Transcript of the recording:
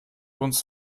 uns